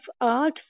art